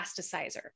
plasticizer